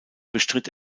bestritt